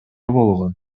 болгон